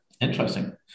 Interesting